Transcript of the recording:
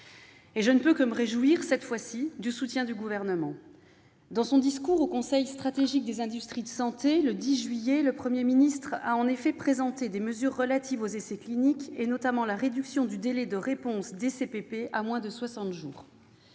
Je ne peux que me réjouir, cette fois-ci, du soutien du Gouvernement. Dans son discours devant le Conseil stratégique des industries de santé, le 10 juillet, le Premier ministre a en effet présenté des mesures relatives aux essais cliniques, notamment la réduction du délai de réponse des CPP à moins de 60 jours.